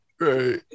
right